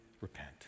repent